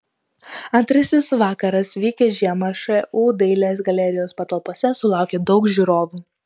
antrasis vakaras vykęs žiemą šu dailės galerijos patalpose sulaukė daug žiūrovų